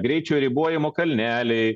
greičio ribojimo kalneliai